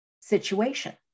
situation